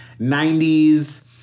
90s